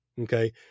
Okay